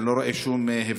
אני לא רואה שום הבדל.